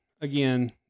again